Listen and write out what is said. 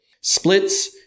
splits